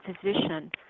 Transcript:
physician